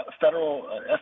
federal